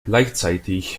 gleichzeitig